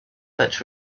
but